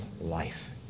life